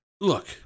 Look